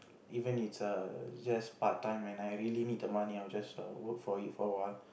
even it's err just part time and I really need the money I'll just err work for it awhile